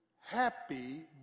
Happy